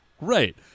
Right